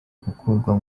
gukurwa